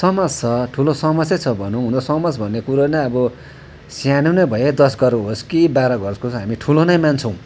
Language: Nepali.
समाज छ ठुलो समाजै छ भनौँ हुन त समाज भन्ने कुरो नै अब सानो नै भए दस घर होस् कि बाह्र घरको होस् हामी ठुलो नै मान्छौँ